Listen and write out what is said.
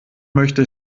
möchte